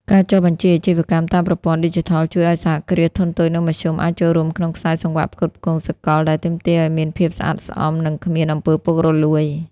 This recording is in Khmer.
ការចុះបញ្ជីអាជីវកម្មតាមប្រព័ន្ធឌីជីថល ជួយឱ្យ សហគ្រាសធុនតូច និងមធ្យម អាចចូលរួមក្នុងខ្សែសង្វាក់ផ្គត់ផ្គង់សកល ដែលទាមទារឱ្យមានភាពស្អាតស្អំ និងគ្មាន អំពើពុករលួយ។